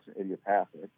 idiopathic